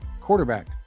quarterback